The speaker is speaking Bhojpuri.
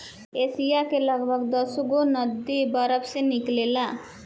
एशिया के लगभग दसगो नदी बरफे से निकलेला